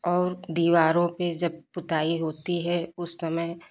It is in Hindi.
और दीवारों पे जब पुताई होती है उस समय